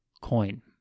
coin